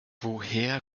woher